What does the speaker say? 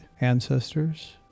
ancestors